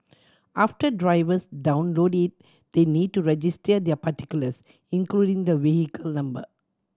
after drivers download it they need to register their particulars including the vehicle number